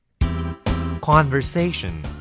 conversation